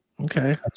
Okay